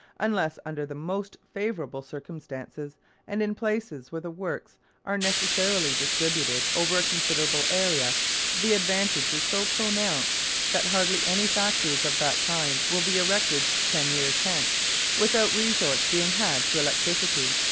unless under the most favourable circumstances and in places where the works are necessarily distributed over a considerable area the advantage is so pronounced that hardly any factories of that kind will be erected ten years hence without resort being had to electricity,